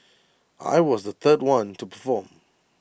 I was the third one to perform